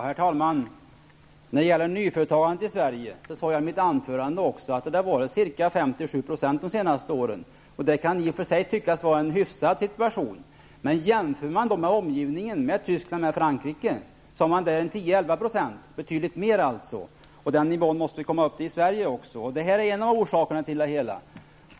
Herr talman! När det gäller nyföretagande i Sverige sade jag i mitt anförande att det utgjort ca 5--7 % de senaste åren. Det kan i och för sig tyckas vara hyfsat, men jämfört med omgivningen -- i Tyskland och Frankrike är det 10--11 %-- är det ringa. Vi måste komma upp på samma nivå som andra länder. Det här är en av orsakerna till det hela.